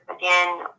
again